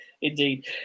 indeed